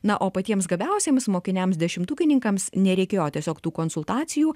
na o patiems gabiausiems mokiniams dešimtukininkams nereikėjo tiesiog tų konsultacijų